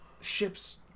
ships